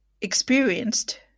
experienced